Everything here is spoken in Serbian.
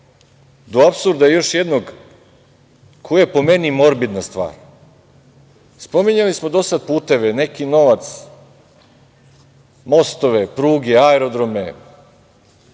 do apsurda još jednog, koji je, po meni morbidna stvar. Spominjali smo do sada puteve, neki novac, mostove, pruge, aerodrome,